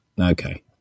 Okay